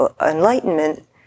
enlightenment